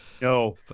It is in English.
No